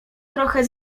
trochę